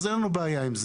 אז אין לנו בעיה עם זה.